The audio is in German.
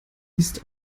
ist